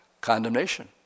Condemnation